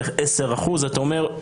בערך 10%. אתה אומר,